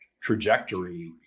trajectory